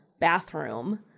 bathroom